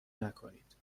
نکنید